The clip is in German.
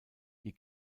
die